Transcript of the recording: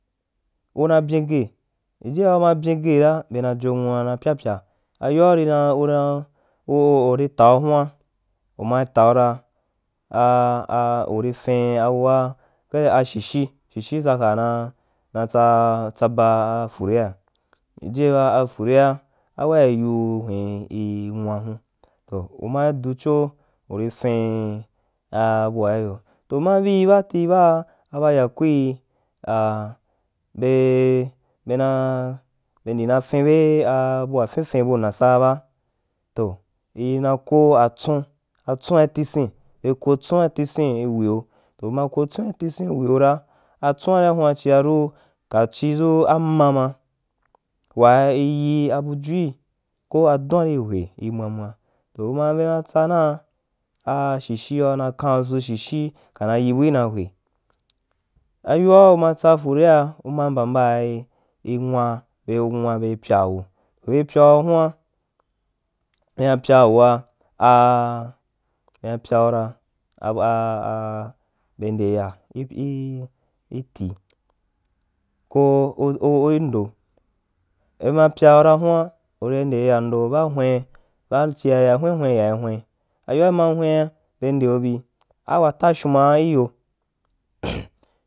Una byi ghe ijia una byinghe ra bena jonwua na pya-pya, ayoa uri na una uri tau huw n umaì taura a a uri fen a bua ker ashi shi shi shi tsaka na na tsa na tsaba a furea, ijie ba a furea a wai yiu hum nwa hun toh uma du cho urī beatí baa bayakui a be ndi na finbe bua fin fin bu nasan a ba, toh ina ko atsun atsu i tisun be ko tsuua i tswin i weo, toh ma ko tsuan tisin i weo ra afsuan ria huan chia ru ka chidʒu ama ma wai yi a bujui ko aduan ri hwe i mwa mwa, to i mabe ma tsanaa a shishi hoa na kaho ʒo shishi kana yi bui na ayoa uma tsa fure a u ma mba mba i-i nwa be nwabai pyaa wu, toh be pyau huan be ma pya wua a bema pyaua a a be ndei yai i i i ko i ndo be ma pyaura n nan nari ndel ya ndo ba hwen ba chial hwen hwen yaì hwen ayoa be ma hwean bei ndeo bi a wa tashuma īyo.